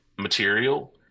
material